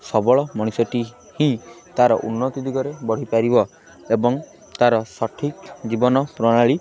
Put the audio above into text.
ସବଳ ମଣିଷଟି ହିଁ ତାର ଉନ୍ନତି ଦିଗରେ ବଢ଼ିପାରିବ ଏବଂ ତାର ସଠିକ୍ ଜୀବନ ପ୍ରଣାଳୀ